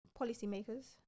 policymakers